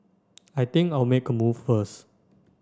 I think I'll make a move first